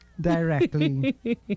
directly